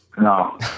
No